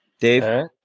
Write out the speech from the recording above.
Dave